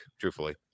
truthfully